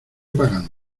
pagando